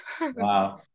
wow